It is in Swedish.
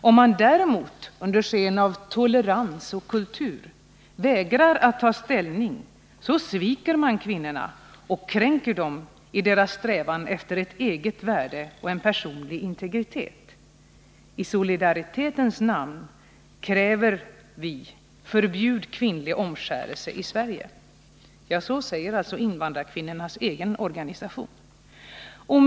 Om man däremot under sken av”tolerans” och ”kultur” vägrar att ta ställning sviker man kvinnorna och kränker dem i deras strävan efter ett eget värde och en personlig integritet. I solidaritetens namn kräver vi: FÖRBJUD KVINNLIG OMSKÄRELSE I SVERIGE!” Så säger alltså invandrarkvinnornas egen organisation.